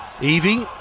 Evie